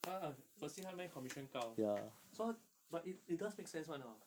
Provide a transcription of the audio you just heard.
他 okay firstly 他那边 commission 高 so 他 but it it does make sense [one] hor